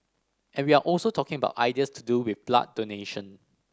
and we are also talking about ideas to do with blood donation